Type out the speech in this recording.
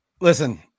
Listen